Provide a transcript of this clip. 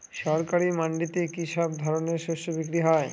সরকারি মান্ডিতে কি সব ধরনের শস্য বিক্রি হয়?